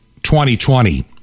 2020